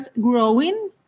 growing